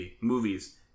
movies